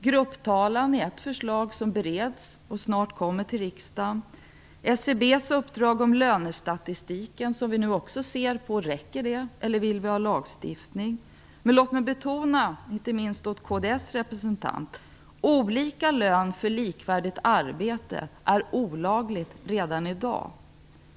Ett förslag om grupptalan bereds nu och kommer snart till riksdagen. Vi ser nu också över SCB:s uppdrag om lönestatistiken - räcker det, eller vill vi ha lagstiftning? Låt mig betona, inte minst riktat till kds representant i kammaren, att olika lön för likvärdigt arbete är olagligt redan i dag.